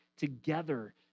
Together